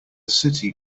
city